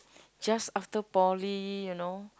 just after poly you know